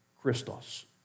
Christos